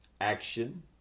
action